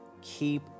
keep